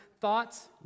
thoughts